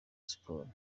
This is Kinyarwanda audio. siporo